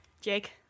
Jake